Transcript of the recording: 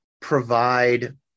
provide